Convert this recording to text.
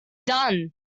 done